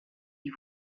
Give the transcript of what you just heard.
die